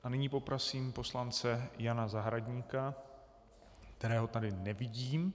A nyní poprosím poslance Jana Zahradníka, kterého tady nevidím.